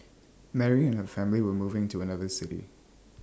Mary and her family were moving to another city